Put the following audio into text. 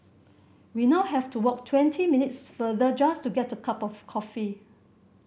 we now have to walk twenty minutes further just to get a cup of coffee